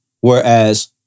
Whereas